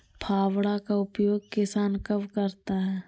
फावड़ा का उपयोग किसान कब करता है?